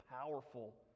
powerful